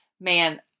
Man